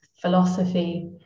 philosophy